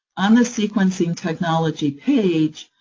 on the sequencing technology page,